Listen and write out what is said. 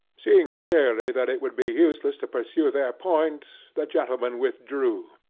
seeing clearly that it would be useless to pursue their point, the gentlemen withdrew.